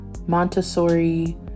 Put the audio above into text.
Montessori